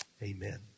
Amen